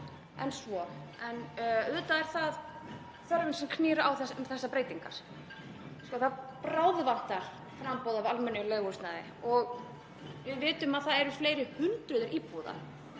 en svo, en auðvitað er það þörfin sem knýr á um þessar breytingar. Það bráðvantar framboð af almennu leiguhúsnæði og við vitum að það eru fleiri hundruð íbúða